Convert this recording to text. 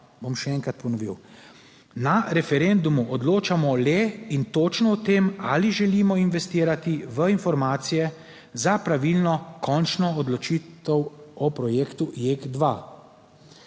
Bom še enkrat ponovil: na referendumu odločamo le in točno o tem, ali želimo investirati v informacije. Za pravilno končno odločitev o projektu JEK2.